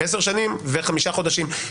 עשר שנים וחמישה חודשים,